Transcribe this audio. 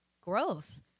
growth